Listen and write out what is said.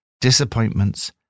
disappointments